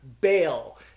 bail